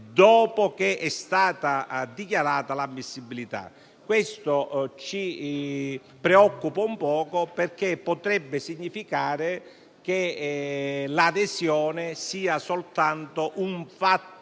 dopo che è stata dichiarata l'ammissibilità. Questo ci preoccupa, in un certo senso, perché potrebbe significare che l'adesione sia un fatto